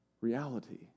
reality